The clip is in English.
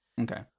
Okay